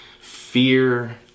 fear